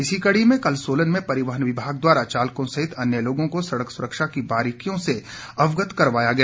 इसी कड़ी में कल सोलन में परिवहन विभाग द्वारा चालकों सहित अन्य लोगों को सड़क सुरक्षा की बारीकियों से अवगत करवाया गया